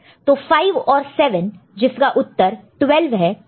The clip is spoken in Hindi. तो 5 और 7 जिसका उत्तर 12 है